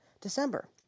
December